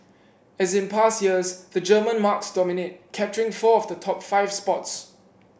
as in past years the German marques dominate capturing four of the top five spots